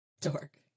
Dork